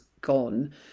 gone